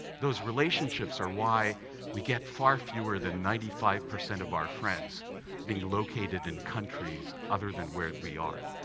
those relationships are why we get far fewer than ninety five percent of our friends being located in countries other than where we are.